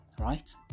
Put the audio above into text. right